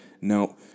Now